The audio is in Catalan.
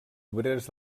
obreres